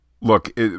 Look